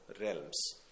realms